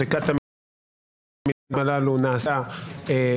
מחיקת המילים הללו נעשתה